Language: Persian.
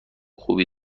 خوبی